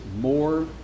more